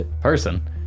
person